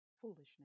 foolishness